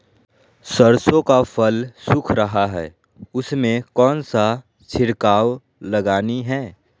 सरसो का फल सुख रहा है उसमें कौन सा छिड़काव लगानी है?